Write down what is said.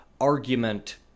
argument